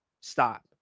stop